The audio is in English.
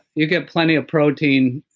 you get plenty of protein.